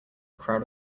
crowd